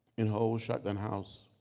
in her old shotgun house.